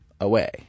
away